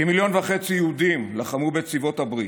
כמיליון וחצי יהודים לחמו בצבאות הברית,